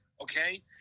okay